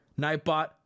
nightbot